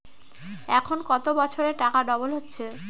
এখন কত বছরে টাকা ডবল হচ্ছে?